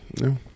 No